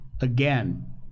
again